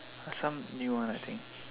ah some new one I think